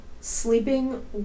Sleeping